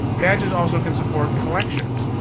badges also can support collections.